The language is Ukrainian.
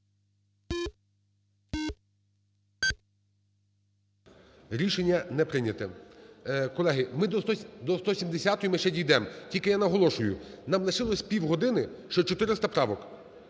Рішення не прийнято. Колеги, ми до 170-ї ще дійдем. Тільки я наголошую, нам лишилось півгодини, ще 400 правок.